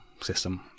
system